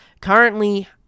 Currently